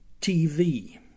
TV